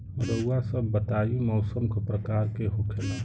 रउआ सभ बताई मौसम क प्रकार के होखेला?